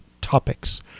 topics